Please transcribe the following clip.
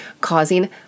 causing